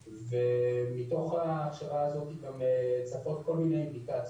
מתוך ההכשרה הזו גם צפות כל מיני אינדיקציות.